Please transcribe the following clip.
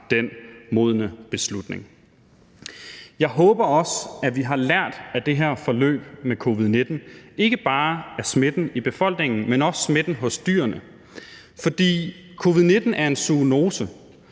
den modne beslutning. Jeg håber også, at vi har lært af det her forløb med covid-19, ikke bare af smitten i befolkningen, men også smitten hos dyrene. For covid-19 er en zoonose,